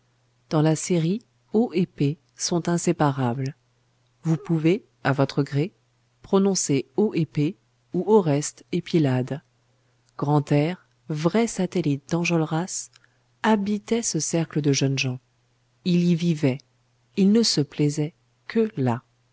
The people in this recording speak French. dans la série o et p sont inséparables vous pouvez à votre gré prononcer o et p ou oreste et pylade grantaire vrai satellite d'enjolras habitait ce cercle de jeunes gens il y vivait il ne se plaisait que là